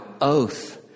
oath